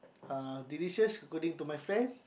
uh delicious according to my friends